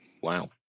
Wow